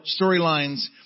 storylines